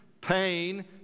Pain